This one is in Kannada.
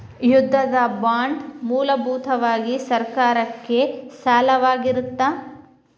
ಯುದ್ಧದ ಬಾಂಡ್ ಮೂಲಭೂತವಾಗಿ ಸರ್ಕಾರಕ್ಕೆ ಸಾಲವಾಗಿರತ್ತ